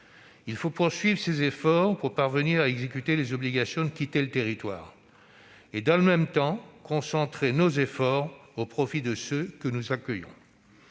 Il faut poursuivre ces efforts pour parvenir à exécuter les obligations de quitter le territoire et, dans le même temps, concentrer nos efforts au profit de ceux que nous accueillons.